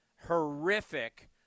horrific